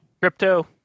Crypto